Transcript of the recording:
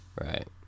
right